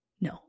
No